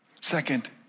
Second